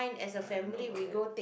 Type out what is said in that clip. I don't know about that